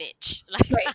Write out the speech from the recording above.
bitch